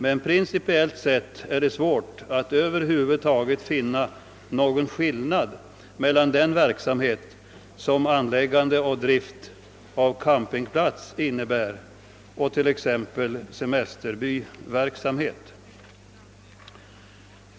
Men principiellt sett är det svårt att över huvud taget finna någon skillnad mellan den verksamhet, som anläggande och drift av campingplats innebär, och t.ex. semesterbyverksamhet.